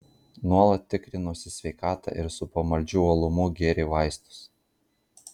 nuolat tikrinosi sveikatą ir su pamaldžiu uolumu gėrė vaistus